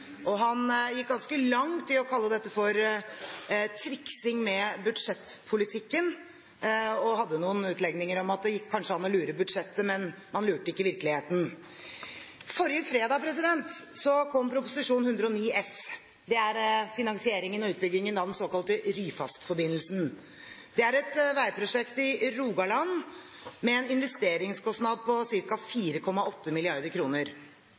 Han gikk ganske langt i å kalle dette for triksing med budsjettpolitikken og hadde noen utlegninger om at det gikk kanskje an å lure budsjettet, men man lurte ikke virkeligheten. Forrige fredag kom Prop. 109 S for 2011–2012, som gjelder finansieringen og utbyggingen av den såkalte Ryfast-forbindelsen. Det er et veiprosjekt i Rogaland med en investeringskostnad på